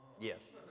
Yes